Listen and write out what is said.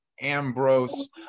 Ambrose